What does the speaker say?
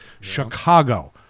Chicago